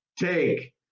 take